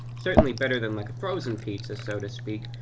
certainly better than like a frozen pizza, so to speak,